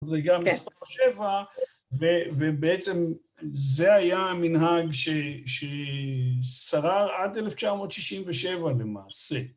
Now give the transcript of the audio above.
וגם מספר שבע, ובעצם זה היה המנהג ששרר עד 1967 למעשה